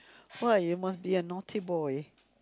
!wah! you must be a naughty boy